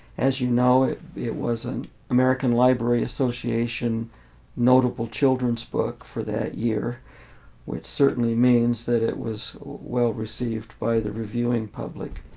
as you know it it was and american library association notable children's book for that year which certainly means that it was well received by the reviewing public.